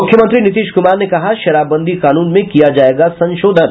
मुख्यमंत्री नीतीश कुमार ने कहा शराबबंदी कानून में किया जायेगा संशोधन